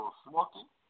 smoking